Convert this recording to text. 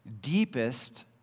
deepest